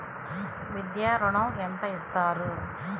విద్యా ఋణం ఎంత ఇస్తారు?